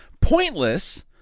pointless